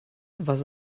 was